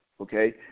okay